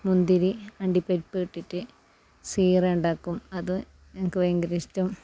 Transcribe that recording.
മുന്തിരി അണ്ടിപ്പരിപ്പ് ഇട്ടിറ്റ് സീറ ഉണ്ടാക്കും അത് എനിക്ക് ഭയങ്കര ഇഷ്ട്ടം